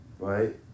Right